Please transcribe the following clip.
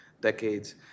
decades